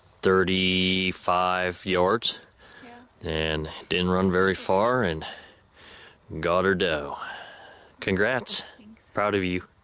thirty five yards and didn't run very far and goddard oh congrats proud of you